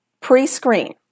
pre-screen